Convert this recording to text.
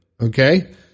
Okay